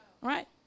Right